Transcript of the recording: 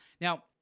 Now